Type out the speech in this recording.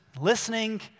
listening